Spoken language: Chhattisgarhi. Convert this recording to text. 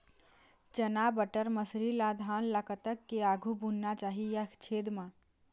चना बटर मसरी ला धान ला कतक के आघु बुनना चाही या छेद मां?